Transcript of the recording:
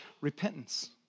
repentance